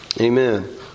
Amen